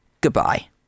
Goodbye